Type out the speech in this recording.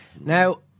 Now